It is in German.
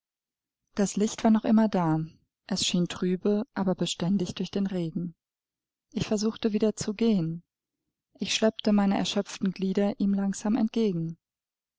das licht war noch immer da es schien trübe aber beständig durch den regen ich versuchte wieder zu gehen ich schleppte meine erschöpften glieder ihm langsam entgegen